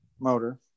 motor